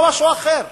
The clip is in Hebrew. לא משהו אחר,